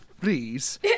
please